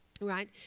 right